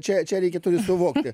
čia čia reikėtų suvokti